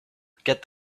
get